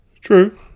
True